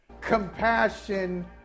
compassion